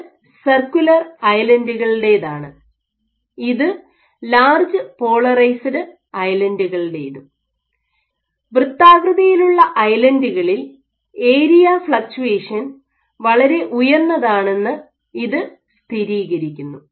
ഇത് സർക്കുലർ ഐലൻഡ്കളുടെതാണ് ഇത് ലാർജ് പോളറൈസ്ഡ് ഐലൻഡ്കളുടേതും വൃത്താകൃതിയിലുള്ള ഐലൻഡ്കളിൽ ഏരിയ ഫ്ളക്ച്ചുവേഷൻ വളരെ ഉയർന്നതാണെന്ന് ഇത് സ്ഥിരീകരിക്കുന്നു